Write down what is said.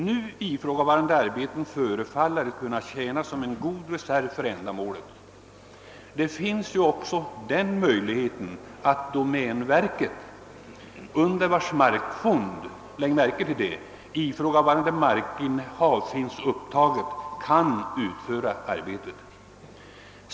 Nu ifrågavarande arbeten förefaller kunna tjäna som en god reserv för ändamålet. Det finns ju också den möjligheten att domänverket, under vars markfond — lägg märke till det! — ifrågavarande markinnehav finns upptaget, kan utföra arbetet.